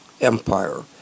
empire